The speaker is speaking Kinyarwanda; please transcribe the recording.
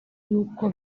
yuko